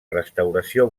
restauració